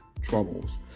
troubles